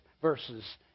verses